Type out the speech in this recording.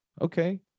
okay